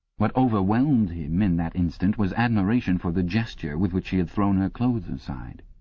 what overwhelmed him in that instant was admiration for the gesture with which she had thrown her clothes aside.